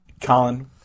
colin